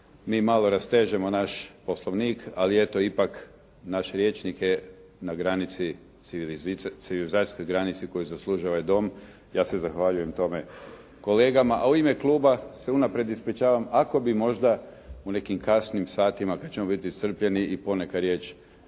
Mi malo rastežemo naš Poslovnik, ali eto ipak naš rječnik je na granici, civilizacijskoj granici koju zaslužuje ovaj Dom. Ja se zahvaljujem tome kolegama, a u ime kluba se unaprijed ispričavam ako bi možda u nekim kasnim satima kad ćemo biti iscrpljeni i poneka riječ